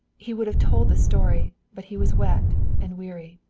he would have told the story, but he was wet and weary.